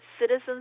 Citizens